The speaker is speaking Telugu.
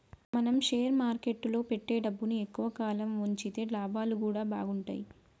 మనం షేర్ మార్కెట్టులో పెట్టే డబ్బుని ఎక్కువ కాలం వుంచితే లాభాలు గూడా బాగుంటయ్